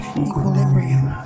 equilibrium